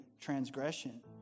transgression